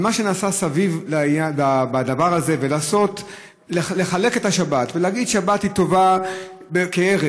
ומה שנעשה סביב הדבר זה לחלק את השבת ולהגיד: שבת היא טובה כערך,